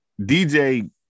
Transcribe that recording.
DJ